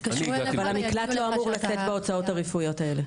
אבל המקלט לא אמור לשאת בהוצאות הרפואיות האלה.